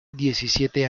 diecisiete